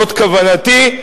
זו כוונתי,